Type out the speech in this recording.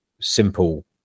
simple